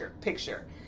picture